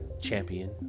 champion